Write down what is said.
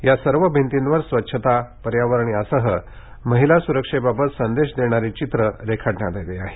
या सर्व भिंतीवर स्वच्छता पर्यावरण यासह महिला सुरक्षेबाबत संदेश देणारी चित्र रेखाटण्यात आली आहेत